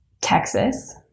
Texas